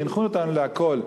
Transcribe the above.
חינכו אותנו לכול,